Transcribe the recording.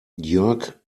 jörg